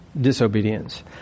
disobedience